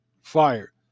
Fire